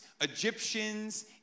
Egyptians